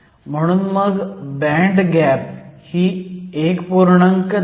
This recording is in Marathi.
म्हणून बँड गॅप ही 1